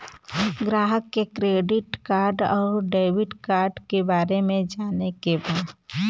ग्राहक के credit card और डेविड कार्ड के बारे में जाने के बा?